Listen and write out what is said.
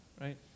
right